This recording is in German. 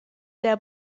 der